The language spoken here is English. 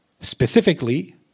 Specifically